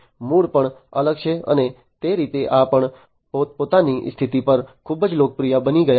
મૂળ પણ અલગ છે અને તે રીતે આ પણ પોતપોતાની સ્થિતિ પર ખૂબ જ લોકપ્રિય બની ગયા છે